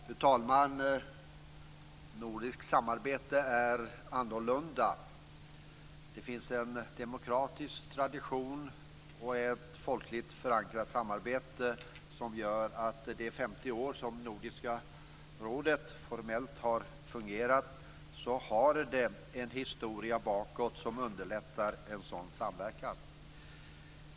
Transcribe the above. Fru talman! Nordiskt samarbete är annorlunda. Det finns en demokratisk tradition, ett folkligt förankrat samarbete och en historia som underlättat samverkan under de 50 år som Nordiska rådet formellt har fungerat.